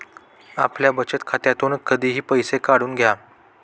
आपल्या बचत खात्यातून कधीही पैसे काढून घ्या